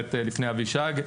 ששירת לפני אבישג,